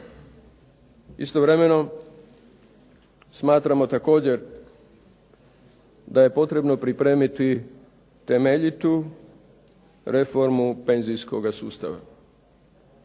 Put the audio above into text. Istovremeno, smatramo također da je potrebno pripremiti temeljitu reformu penzijskoga sustava.